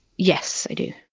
yes, i do.